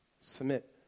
submit